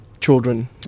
children